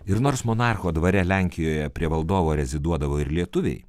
ir nors monarcho dvare lenkijoje prie valdovo reziduodavo ir lietuviai